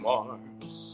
Mars